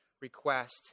request